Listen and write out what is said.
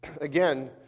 Again